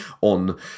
on